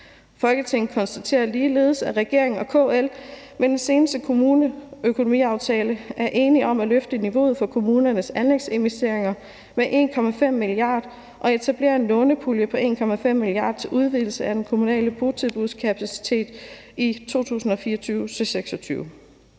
Folketinget konstaterer ligeledes, at regeringen og KL med den seneste kommuneøkonomiaftale er enige om at løfte niveauet for kommunernes anlægsinvesteringer med 1,5 mia. kr. og etablere en lånepulje på 1,5 mia. kr. til udvidelse af den kommunale botilbudskapacitet i 2024-2026.